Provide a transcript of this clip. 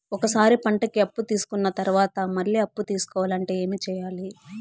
ఒక సారి పంటకి అప్పు తీసుకున్న తర్వాత మళ్ళీ అప్పు తీసుకోవాలంటే ఏమి చేయాలి?